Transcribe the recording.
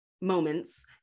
moments